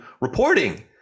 reporting